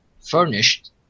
furnished